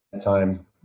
time